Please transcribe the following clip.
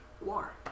War